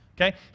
okay